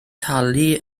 talu